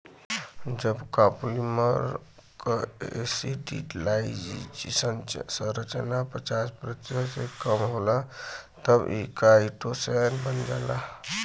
जब कॉपोलीमर क एसिटिलाइज्ड संरचना पचास प्रतिशत से कम होला तब इ काइटोसैन बन जाला